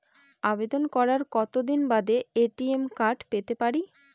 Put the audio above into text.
আবেদন করার কতদিন বাদে এ.টি.এম কার্ড পেতে পারি?